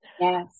yes